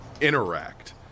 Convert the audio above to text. interact